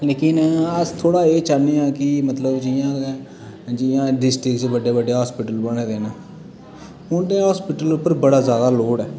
लेकिन अस थोह्ड़ा एह् चाहन्ने आ की मतलब जियां गै जियां डिस्ट्रिक्ट च बड्डे बड्डे हास्पिटल बने दे न उने हॉस्पिटल उप्पर बड़ा ज्यादा लोड ऐ